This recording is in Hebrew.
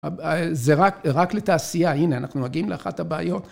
זה רק לתעשייה, הנה אנחנו מגיעים לאחת הבעיות.